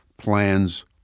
plans